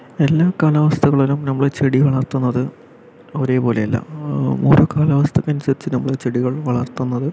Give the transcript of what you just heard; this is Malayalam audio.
എല്ലാ കാലാവസ്ഥകളിലും നമ്മൾ ചെടി വളർത്തുന്നത് ഒരേ പോലെയല്ല ഓരോ കാലാവസ്ഥക്ക് അനുസരിച്ച് നമ്മൾ ചെടികൾ വളർത്തുന്നത്